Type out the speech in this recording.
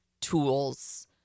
tools